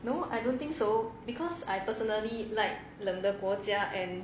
no I don't think so because I personally like 冷的国家 and